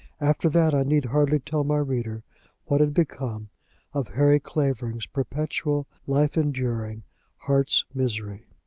after that i need hardly tell my reader what had become of harry clavering's perpetual life-enduring heart's misery.